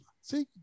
See